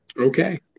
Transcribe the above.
Okay